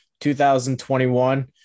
2021